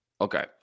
Okay